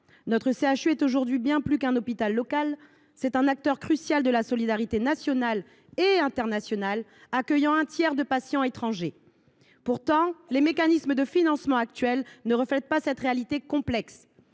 Notre CHU est aujourd’hui bien plus qu’un hôpital local : c’est un acteur essentiel de la solidarité nationale et internationale, accueillant un tiers de patients étrangers. Or les mécanismes de financement en vigueur ne reflètent pas cette réalité complexe.